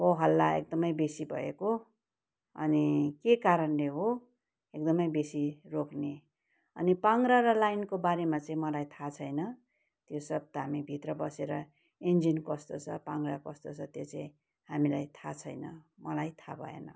होहल्ला एकदमै बेसी भएको अनि के कारणले हो एकदमै बेसी रोक्ने अनि पाङ्ग्रा र लाइनको बारेमा चाहिँ मलाई थाहा छैन त्यो सब त हामी भित्र बसेर इन्जिन कस्तो छ पाङ्ग्रा कस्तो छ त्यो चाहिँ हामीलाई थाहा छैन मलाई थाहा भएन